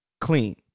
Clean